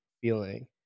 feeling